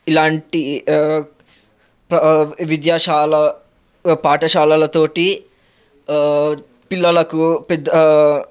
ఇలాంటి ప విద్యాశాల పాఠశాలలతో పిల్లలకు పెద్ద